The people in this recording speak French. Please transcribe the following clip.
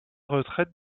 retraite